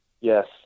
Yes